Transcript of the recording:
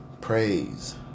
praise